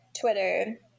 twitter